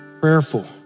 prayerful